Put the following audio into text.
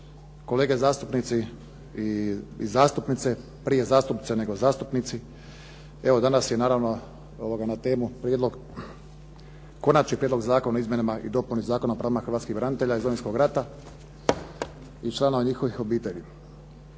kolege zastupnici i zastupnice, prije zastupnice nego zastupnici. Evo danas je naravno na temu Konačni prijedlog zakona o izmjenama i dopuni Zakona o pravima hrvatskih branitelja iz Domovinskog rata i članova njihovih obitelji.